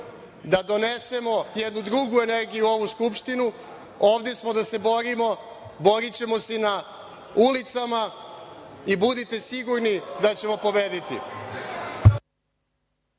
da donesemo jednu drugu energiju u ovu Skupštinu. Ovde smo da se borimo. Borićemo se i na ulicama. I budite sigurni da ćemo pobediti.